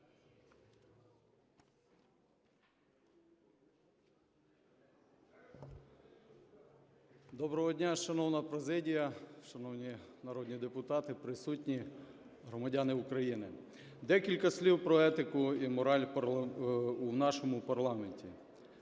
Доброго дня, шановна президія, шановні народні депутати, присутні, громадяни України! Декілька слів про етику і мораль у нашому парламенті.